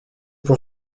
pour